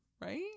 Right